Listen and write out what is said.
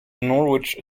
norwich